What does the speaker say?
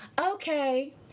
okay